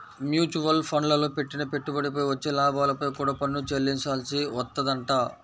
mutual ఫండ్లల్లో పెట్టిన పెట్టుబడిపై వచ్చే లాభాలపై కూడా పన్ను చెల్లించాల్సి వత్తదంట